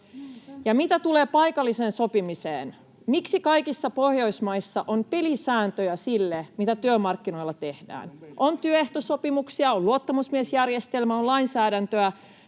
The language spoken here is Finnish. Ja mitä tulee paikalliseen sopimiseen, niin miksi kaikissa Pohjoismaissa on pelisääntöjä sille, mitä työmarkkinoilla tehdään? On työehtosopimuksia, on luottamusmiesjärjestelmä, on lainsäädäntöä.